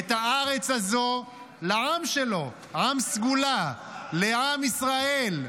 את הארץ הזאת לעם שלו, עם סגולה, לעם ישראל.